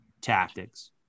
tactics